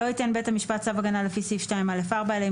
(ב) לא ייתן בית המשפט צו הגנה לפי סעיף 2(א)(4) אלא אם